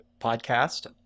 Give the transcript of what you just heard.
podcast